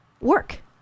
work